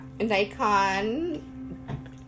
Nikon